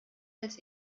als